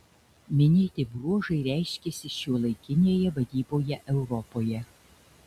minėti bruožai reiškiasi šiuolaikinėje vadyboje europoje